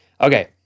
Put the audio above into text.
okay